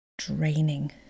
draining